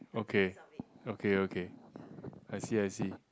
okay okay okay I see I see